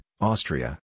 Austria